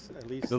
at least. ah